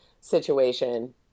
situation